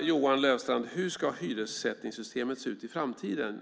Johan Löfstrand frågar hur hyressättningssystemet ska se ut i framtiden.